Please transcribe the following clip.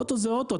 אוטו זה אוטו,